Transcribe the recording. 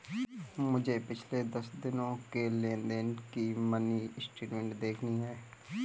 मुझे पिछले दस दिनों की लेन देन की मिनी स्टेटमेंट देखनी है